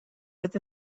with